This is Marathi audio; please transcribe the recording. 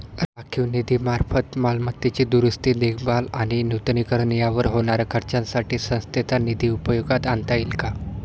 राखीव निधीमार्फत मालमत्तेची दुरुस्ती, देखभाल आणि नूतनीकरण यावर होणाऱ्या खर्चासाठी संस्थेचा निधी उपयोगात आणता येईल का?